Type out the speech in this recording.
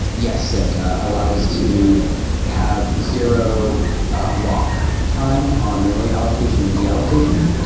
yes. it allowed us to have zero lock time on memory allocation and de allocation.